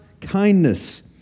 kindness